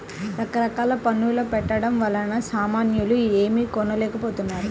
రకరకాల పన్నుల పెట్టడం వలన సామాన్యులు ఏమీ కొనలేకపోతున్నారు